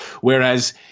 whereas